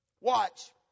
Watch